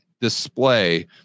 display